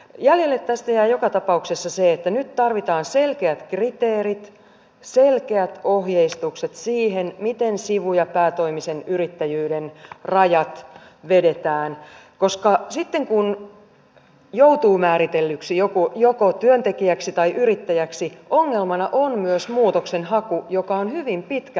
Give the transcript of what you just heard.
jäljelle tästä jää joka tapauksessa se että nyt tarvitaan selkeät kriteerit selkeät ohjeistukset siihen miten sivu ja päätoimisen yrittäjyyden rajat vedetään koska sitten kun joutuu määritellyksi joko työntekijäksi tai yrittäjäksi ongelmana on myös muutoksenhaku joka on hyvin pitkällistä